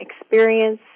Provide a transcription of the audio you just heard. experience